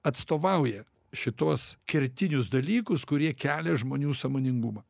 atstovauja šituos kertinius dalykus kurie kelia žmonių sąmoningumą